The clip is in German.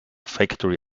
factory